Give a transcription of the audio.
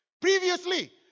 Previously